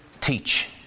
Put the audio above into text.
teach